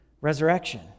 resurrection